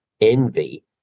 envy